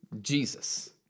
Jesus